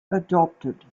adopted